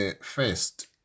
First